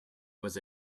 was